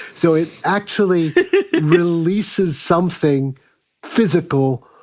so it actually releases something physical.